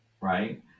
right